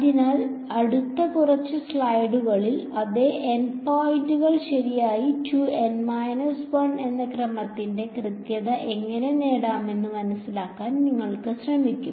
അതിനാൽ അടുത്ത കുറച്ച് സ്ലൈഡുകളിൽ അതേ N പോയിന്റുകൾ ശരിയാക്കി 2 N 1 എന്ന ക്രമത്തിന്റെ കൃത്യത എങ്ങനെ നേടാമെന്ന് മനസിലാക്കാൻ ഞങ്ങൾ ശ്രമിക്കും